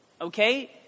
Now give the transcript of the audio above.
okay